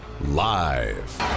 live